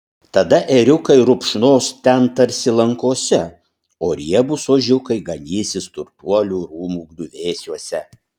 tada ėriukai rupšnos ten tarsi lankose o riebūs ožiukai ganysis turtuolių rūmų griuvėsiuose